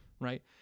right